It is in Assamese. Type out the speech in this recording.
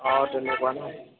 অঁ তেনেকুৱা নহ্